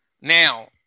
Now